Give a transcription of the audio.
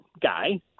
guy